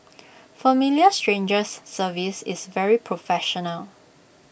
familiar strangers service is very professional